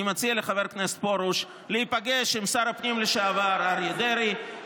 אני מציע לחבר הכנסת פרוש להיפגש עם שר הפנים לשעבר אריה דרעי,